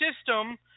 system